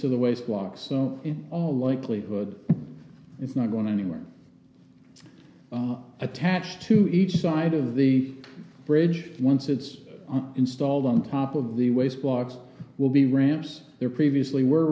to the waste block so in all likelihood it's not going anywhere attached to each side of the bridge once it's installed on top of the ways blocks will be ramps there previously were